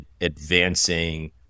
advancing